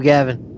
Gavin